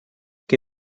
que